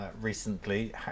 recently